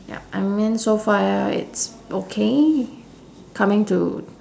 yup I mean so far it's okay coming to